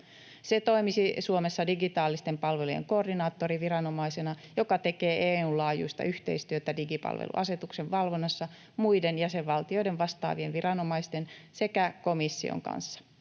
Se toimisi Suomessa digitaalisten palvelujen koordinaattoriviranomaisena, joka tekee EU:n laajuista yhteistyötä digipalveluasetuksen valvonnassa muiden jäsenvaltioiden vastaavien viranomaisten sekä komission kanssa.